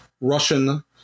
Russian